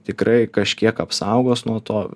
tikrai kažkiek apsaugos nuo to